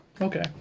Okay